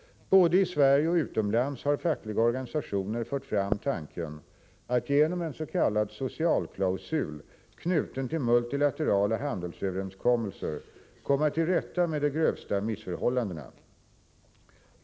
Både i Sverige och utomlands har fackliga organisationer fört fram tanken att genom en s.k. socialklausul knuten till multilaterala handelsöverenskommelser komma till rätta med de grövsta missförhållandena.